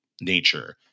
nature